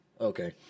Okay